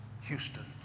Houston